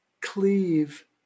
cleave